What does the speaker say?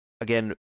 again